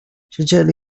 siedzieli